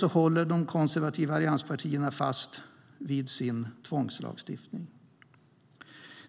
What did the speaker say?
Men de konservativa allianspartierna håller fast vid sin tvångslagstiftning.